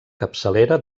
capçalera